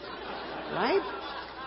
Right